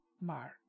Mark